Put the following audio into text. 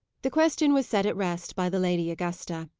the question was set at rest by the lady augusta.